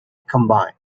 combined